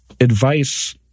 advice